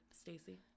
Stacey